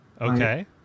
Okay